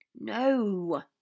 No